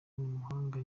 umuhanga